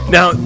Now